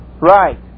Right